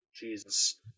Jesus